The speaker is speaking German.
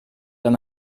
wenn